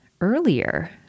earlier